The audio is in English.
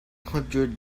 hundred